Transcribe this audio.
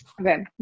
okay